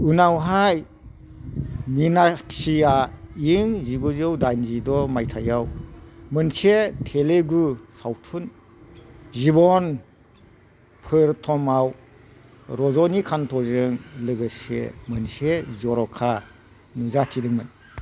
उनावहाय मिनाक्सिआ इं जिगुजौ दाइनजिद' माइथाइयाव मोनसे तेलुगु सावथुन जिवन प्रयटमआव रज'नीकान्त'जों लोगोसे मोनसे जर'खा नुजाथिदोंमोन